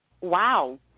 Wow